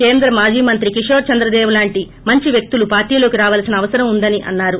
కేంద్ర మాజీ మంత్రి కిశోర్ చంద్రదేవ్ లాంటి మంచి వ్యక్తులు పార్టీలోకి రావాల్సిన అవసరం ఉందని అన్నారు